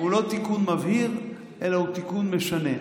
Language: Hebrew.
הוא לא תיקון מבהיר, אלא הוא תיקון משנה.